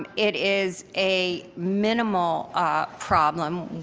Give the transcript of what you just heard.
and it is a minimal ah problem.